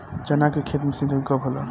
चना के खेत मे सिंचाई कब होला?